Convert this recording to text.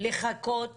לחכות